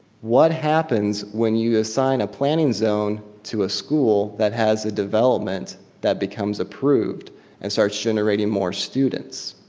what happens when you assign a planning zone to a school that has a development that becomes approved and starts generating more students?